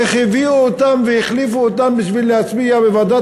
איך הביאו אותם והחליפו אותם בשביל להצביע בוועדת